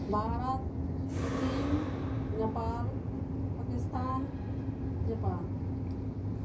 Bharat Cheen Nepal Pakistan Japan